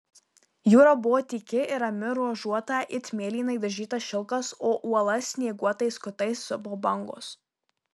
jūra buvo tyki ir rami ruožuota it mėlynai dažytas šilkas o uolas snieguotais kutais supo bangos